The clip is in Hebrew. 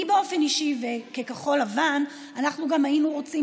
אני באופן אישי ובכחול לבן היינו רוצים